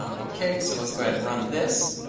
um ok. so let's go ahead and run this.